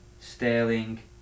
Sterling